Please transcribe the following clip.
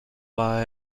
war